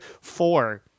four